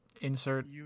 insert